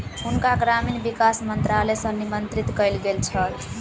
हुनका ग्रामीण विकास मंत्रालय सॅ निमंत्रित कयल गेल छल